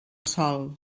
sol